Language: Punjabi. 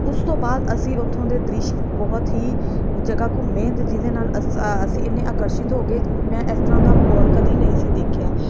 ਉਸ ਤੋਂ ਬਾਅਦ ਅਸੀਂ ਉੱਥੋਂ ਦੇ ਦ੍ਰਿਸ਼ ਬਹੁਤ ਹੀ ਜਗ੍ਹਾ ਘੁੰਮੇ ਅਤੇ ਜਿਹਦੇ ਨਾਲ ਅਸੀਂ ਇੰਨੇ ਆਕਰਸ਼ਿਤ ਹੋ ਗਏ ਮੈਂ ਇਸ ਤਰ੍ਹਾਂ ਦਾ ਮਾਹੌਲ ਕਦੇ ਨਹੀਂ ਸੀ ਦੇਖਿਆ